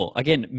again